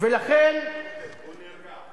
הוא נרגע.